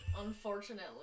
Unfortunately